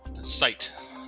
sight